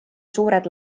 suured